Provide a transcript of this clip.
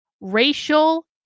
Racial